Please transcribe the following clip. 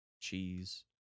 cheese